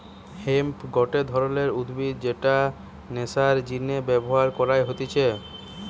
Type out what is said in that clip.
hemp গটে ধরণের উদ্ভিদ যেটা নেশার জিনে ব্যবহার কইরা হতিছে